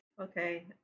okay